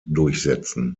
durchsetzen